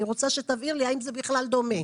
אני רוצה שתבהיר לי האם זה בכלל דומה.